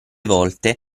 volte